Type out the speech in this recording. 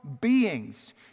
beings